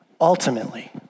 ultimately